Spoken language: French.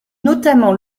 notamment